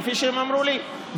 כפי שהם אמרו לי.